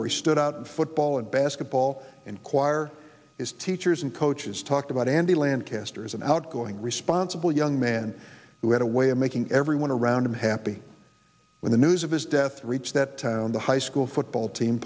where he stood out football and basketball and choir his teachers and coaches talked about andy lancaster as an outgoing responsible young man who had a way of making everyone around him happy when the news of his death reached that town the high school football team